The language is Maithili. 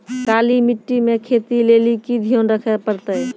काली मिट्टी मे खेती लेली की ध्यान रखे परतै?